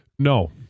No